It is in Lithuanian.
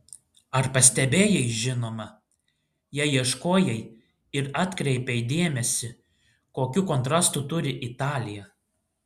ar pastebėjai žinoma jei ieškojai ir atkreipei dėmesį kokių kontrastų turi italija